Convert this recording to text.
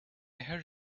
heard